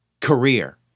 career